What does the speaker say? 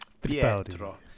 Pietro